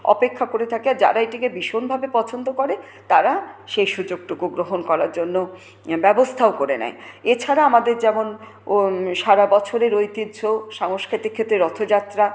অপেক্ষা করে থাকে আর যারা এটিকে ভীষণভাবে পছন্দ করে তারা সেই সুযোগটুকু গ্রহণ করার জন্য ব্যবস্থাও করে নেয় এছাড়া আমাদের যেমন সারা বছরের ঐতিহ্য সাংস্কৃতিক ক্ষেত্রে রথযাত্রা